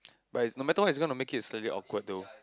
but is no matter what is gonna make it slightly awkward though